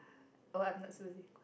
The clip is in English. oh I'm not supposed